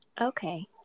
Okay